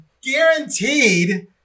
guaranteed